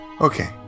Okay